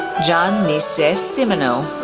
john nicesse simoneaux,